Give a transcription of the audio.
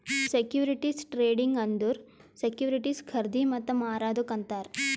securities trading ಅಂದುರ್ securities ಖರ್ದಿ ಮತ್ತ ಮಾರದುಕ್ ಅಂತಾರ್